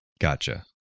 Gotcha